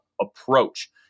approach